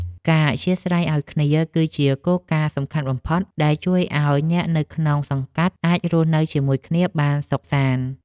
ការអធ្យាស្រ័យឱ្យគ្នា គឺជាគោលការណ៍សំខាន់បំផុត ដែលជួយឱ្យអ្នកនៅក្នុងសង្កាត់អាចរស់នៅជាមួយគ្នាបានសុខសាន្ត។